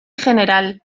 general